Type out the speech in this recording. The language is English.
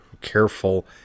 careful